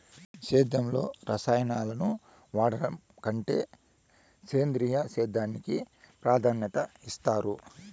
సేద్యంలో రసాయనాలను వాడడం కంటే సేంద్రియ సేద్యానికి ప్రాధాన్యత ఇస్తారు